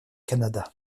canada